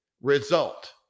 result